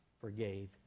forgave